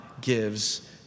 gives